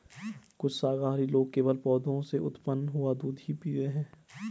कुछ शाकाहारी लोग केवल पौधों से उत्पन्न हुआ दूध ही पीते हैं